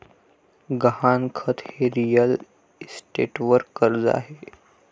गहाणखत हे रिअल इस्टेटवर कर्ज आहे